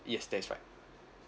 yes that is right